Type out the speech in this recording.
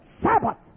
Sabbath